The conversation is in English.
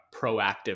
proactive